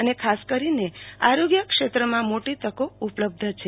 અને ખાસ કરીને આરોગ્ય ક્ષેત્રમાં મોટી તકો ઉપલબ્ધ છે